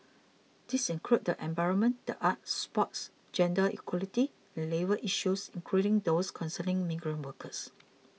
these include the environment the arts sports gender equality and labour issues including those concerning migrant workers